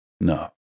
No